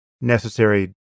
necessary